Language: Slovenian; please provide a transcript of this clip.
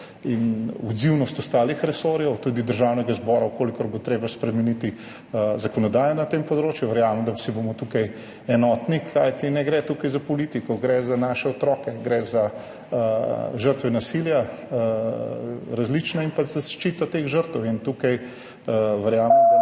v odzivnost ostalih resorjev, tudi Državnega zbora, če bo treba spremeniti zakonodajo na tem področju. Verjamem, da si bomo tukaj enotni, kajti tukaj ne gre za politiko, gre za naše otroke, gre za žrtve nasilja, različne, in zaščito teh žrtev. Verjamem, da nam bo